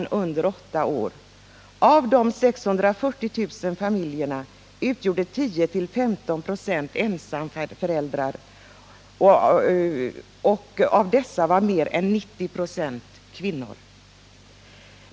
I 10-15 96 av dessa 640 000 familjer fanns bara en förälder, och av dessa ensamföräldrar var mer än 90 24 kvinnor.